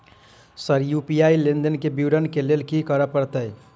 Sir UPI लेनदेन केँ विवरण केँ लेल की करऽ परतै?